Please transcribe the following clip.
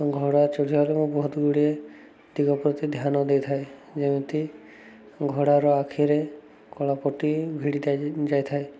ଘୋଡ଼ା ଚଢ଼ିିବାରେ ମୁଁ ବହୁତ ଗୁଡ଼ିଏ ଦିଗ ପ୍ରତି ଧ୍ୟାନ ଦେଇଥାଏ ଯେମିତି ଘୋଡ଼ାର ଆଖିରେ କଳାପଟି ଭିଡ଼ି ଯାଇଥାଏ